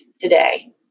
today